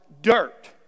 dirt